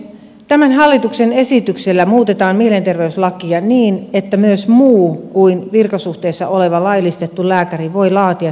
tämän hallituksen esityksellä muutetaan mielenterveyslakia niin että myös muu kuin virkasuhteessa oleva laillistettu lääkäri voi laatia tarkkailulähetteen